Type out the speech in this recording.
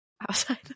outside